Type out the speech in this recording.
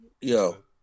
Yo